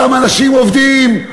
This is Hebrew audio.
אותם אנשים עובדים,